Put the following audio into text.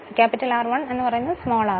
X2 എന്നത് x 2